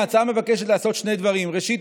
ההצעה מבקשת לעשות שני דברים: ראשית,